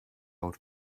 old